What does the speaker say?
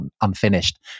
unfinished